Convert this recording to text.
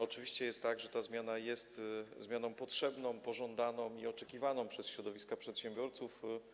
Oczywiście jest tak, że ta zmiana jest zmianą potrzebną, pożądaną i oczekiwaną przez środowiska przedsiębiorców.